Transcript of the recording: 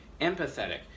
empathetic